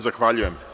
Zahvaljujem.